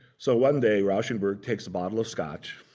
so one day, rauschenberg takes a bottle of scotch,